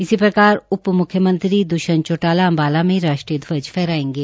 इसी प्रकार उपम्ख्यमंत्री द्ष्यंत चौटाला अंबाला में राष्ट्रीय ध्वज फहराएंगे